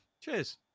cheers